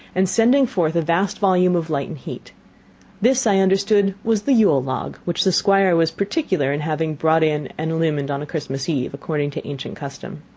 and sending forth a vast volume of light and heat this i understood was the yule-log, which the squire was particular in having brought in and illumined on a christmas eve, according to ancient custom.